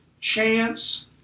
chance